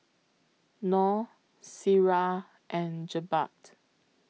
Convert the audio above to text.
Nor Syirah and Jebat